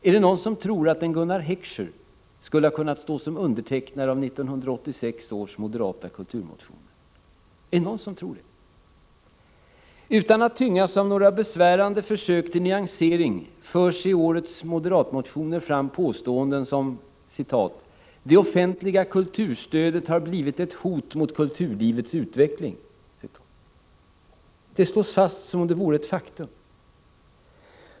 Tror någon att en Gunnar Heckscher skulle ha kunnat stå som undertecknare av 1986 års moderata kulturmotioner? Utan att tyngas av några besvärande försök till nyansering förs i årets moderatmotioner fram påståenden som, för att nämna ett, att det offentliga kulturstödet blivit ett hot mot kulturlivets utveckling. Det slås fast som om det vore ett faktum.